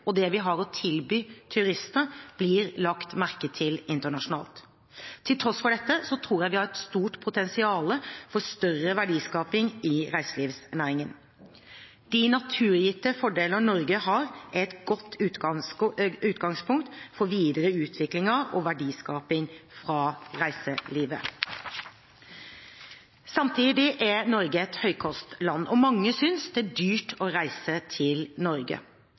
og det vi har å tilby turister, blir lagt merke til internasjonalt. Til tross for dette tror jeg vi har et stort potensial for større verdiskaping i reiselivsnæringen. De naturgitte fordelene Norge har, er et godt utgangspunkt for videre utvikling av og verdiskaping i reiselivsnæringen. Samtidig er Norge et høykostland, og mange synes det er dyrt å reise til Norge.